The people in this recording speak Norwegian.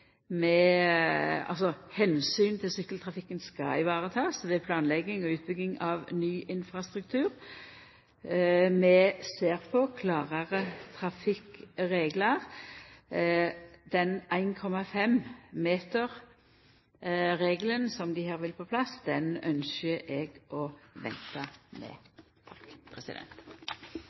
til sykkeltrafikken skal takast i vare ved planlegging og utbygging av ny infrastruktur. Vi ser på klarare trafikkreglar. 1,5-metersregelen som ein her vil ha på plass, ynskjer eg å venta med. Det